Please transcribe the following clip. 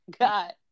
God